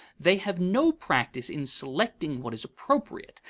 they have no practice in selecting what is appropriate,